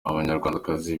abanyarwandakazi